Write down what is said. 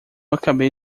acabei